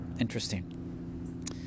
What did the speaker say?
interesting